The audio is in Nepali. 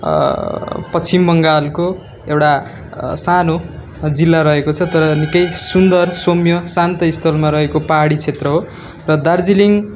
पश्चिम बङ्गालको एउटा सानो जिल्ला रहेको छ तर निकै सुन्दर सौम्य शान्त स्तरमा रहेको पाहाडी क्षेत्र हो र दार्जिलिङ